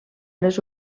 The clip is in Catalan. les